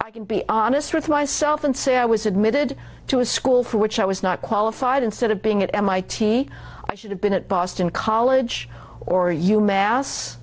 i can be honest with myself and say i was admitted to a school for which i was not qualified instead of being at mit i should have been at boston college or you may ask